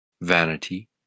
vanity